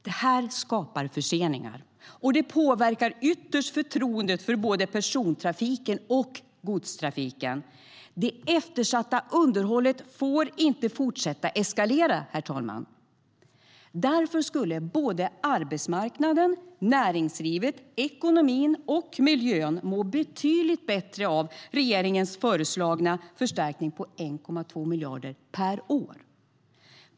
Det här skapar förseningar och påverkar ytterst förtroendet för både persontrafiken och godstrafiken. Det eftersatta underhållet får inte fortsätta eskalera, herr talman. Därför skulle arbetsmarknaden, näringslivet, ekonomin och miljön må betydligt bättre av regeringens föreslagna förstärkning på 1,2 miljarder per år.